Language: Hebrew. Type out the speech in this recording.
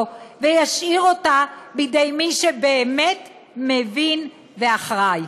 וישאיר אותה בידי מי שבאמת מבין ואחראי.